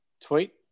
tweet